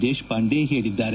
ದೇಶಪಾಂಡೆ ಹೇಳಿದ್ದಾರೆ